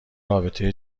رابطه